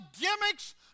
gimmicks